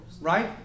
Right